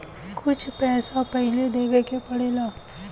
कुछ पैसा पहिले देवे के पड़ेला